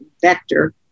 vector